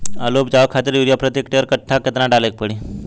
आलू उपजावे खातिर यूरिया प्रति एक कट्ठा केतना डाले के पड़ी?